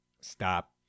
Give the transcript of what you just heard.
stop